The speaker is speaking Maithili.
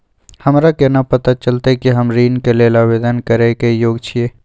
हमरा केना पता चलतई कि हम ऋण के लेल आवेदन करय के योग्य छियै?